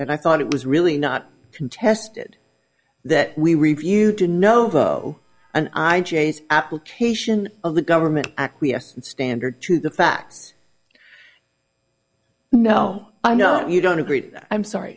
and i thought it was really not contested that we reviewed to novo an application of the government acquiesce standard to the facts now i know you don't agree i'm sorry